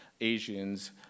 Asians